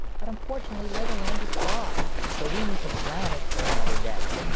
but unfortunately, legoland is far, so we need to plan it for another day.